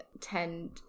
tend